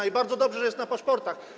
I bardzo dobrze, że jest na paszportach.